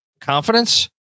confidence